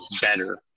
better